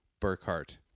Burkhart